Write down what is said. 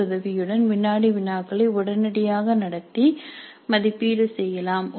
S உதவியுடன் வினாடி வினாக்களை உடனடியாக நடத்தி மதிப்பீடு செய்யலாம்